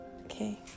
okay